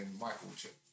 Michael-chip